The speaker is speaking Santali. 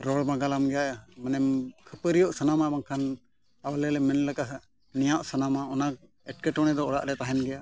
ᱨᱚᱲ ᱢᱟᱜᱟᱞᱟᱢ ᱜᱮᱭᱟ ᱢᱟᱱᱮ ᱠᱷᱟᱹᱯᱟᱹᱨᱤᱭᱚ ᱥᱟᱱᱟᱢᱟ ᱵᱟᱝᱠᱷᱟᱱ ᱟᱞᱮ ᱞᱮ ᱢᱮᱱ ᱞᱮᱠᱟ ᱱᱮᱣᱟᱜ ᱥᱟᱱᱟᱢᱟ ᱚᱱᱟ ᱮᱴᱠᱮᱴᱚᱬᱮ ᱫᱚ ᱚᱲᱟᱜ ᱨᱮ ᱛᱟᱦᱮᱱ ᱜᱮᱭᱟ